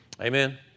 Amen